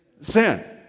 sin